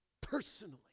personally